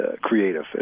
creative